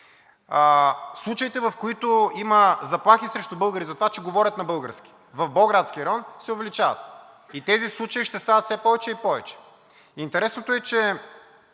Случаите, в които има заплахи срещу българи затова, че говорят на български – в Болградския район, се увеличават. И тези случаи ще стават все повече и повече. Интересното е, че